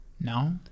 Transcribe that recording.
No